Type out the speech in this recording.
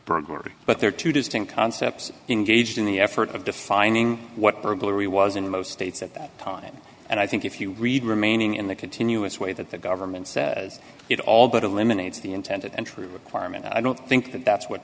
burger but there are two distinct concepts engaged in the effort of defining what burglary was in most states at that time and i think if you read remaining in the continuous way that the government says it all but eliminates the intended entry requirement i don't think that that's what